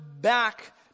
back